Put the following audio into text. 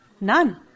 None